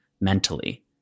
mentally